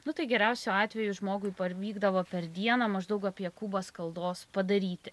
nu tai geriausiu atveju žmogui parvykdavo per dieną maždaug apie kubą skaldos padaryti